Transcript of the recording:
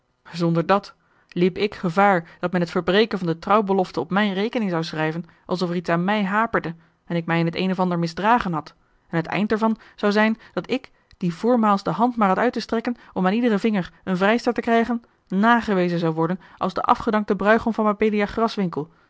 zonder dàt liep ik gevaar dat men het verbreken van de trouwbelofte op mijne rekening zou schrijven alsof er iets aan mij haperde en ik mij in t een of ander misdragen had en het eind er van zou zijn dat ik die voormaals de hand maar had uit te strekken om aan iederen vinger eene vrijster te krijgen nagewezen zou worden als de afgedankte bruîgom van